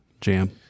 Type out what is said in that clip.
jam